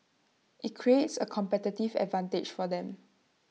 IT creates A competitive advantage for them